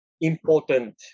important